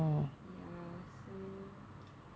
ya so